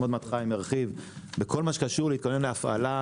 עוד מעט חיים ירחיב בכל מה שקשור להתכונן להפעלה,